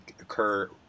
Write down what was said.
occur